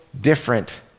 different